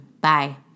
Bye